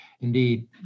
Indeed